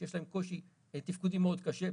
שיש להם קושי תפקודי מאוד קשה,